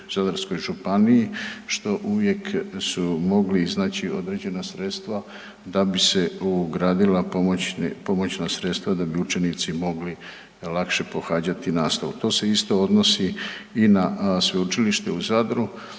Zadarskoj županiji, što uvijek su mogli iznaći određena sredstva da bi se ugradila pomoćna sredstva, da bi učenici mogli lakše pohađati nastavu. To se isto odnosi i na Sveučilište u Zadru